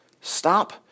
Stop